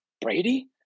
Brady